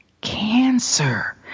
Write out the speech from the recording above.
cancer